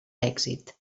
èxit